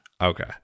Okay